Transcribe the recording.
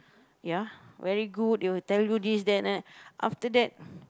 ya very good they will tell you this that that after that